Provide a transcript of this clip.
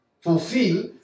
fulfill